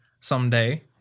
someday